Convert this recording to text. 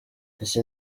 iki